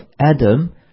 Adam